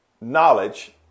knowledge